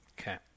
Okay